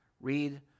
Read